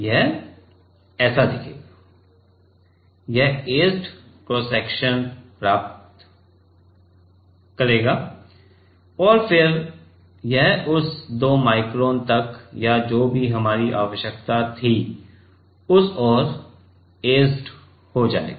यह ऐसा दिखेगा यह ऐचेड क्रॉस सेक्शन प्राप्त करेगा और फिर यह उस 2 माइक्रोन तक या जो भी हमारी आवश्यकता थी उस ओर ऐचेड हो जाएगा